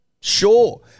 sure